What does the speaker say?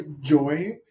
joy